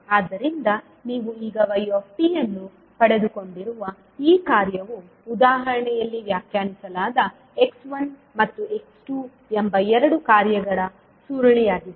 ಆದ್ದರಿಂದ ನೀವು ಈಗ yt ಅನ್ನು ಪಡೆದುಕೊಂಡಿರುವ ಈ ಕಾರ್ಯವು ಉದಾಹರಣೆಯಲ್ಲಿ ವ್ಯಾಖ್ಯಾನಿಸಲಾದ x1 ಮತ್ತು x2 ಎಂಬ ಎರಡು ಕಾರ್ಯಗಳ ಸುರುಳಿಯಾಗಿದೆ